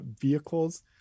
vehicles